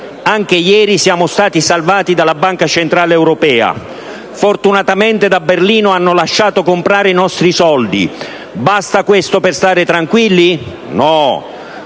Anche ieri siamo stati salvati dalla Banca centrale europea. Fortunatamente da Berlino hanno lasciato comperare i nostri soldi. Basta questo per stare tranquilli? No.